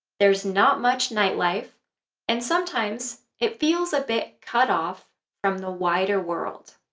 there's not much nightlife and sometimes it feels a bit cut off from the wider world.